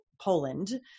Poland